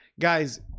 Guys